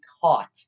caught